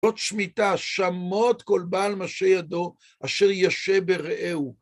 זאת שמיטה, שמוט כל בעל משה ידו אשר ישה ברעהו.